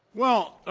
well,